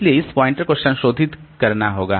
इसलिए इस पॉइंटर को संशोधित करना होगा